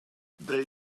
they